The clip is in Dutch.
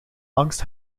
angst